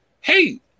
Hey